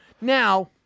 Now